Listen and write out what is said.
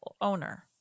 owner